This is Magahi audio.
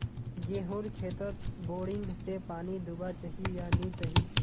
गेँहूर खेतोत बोरिंग से पानी दुबा चही या नी चही?